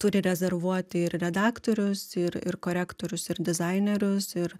turi rezervuoti ir redaktorius ir ir korektorius ir dizainerius ir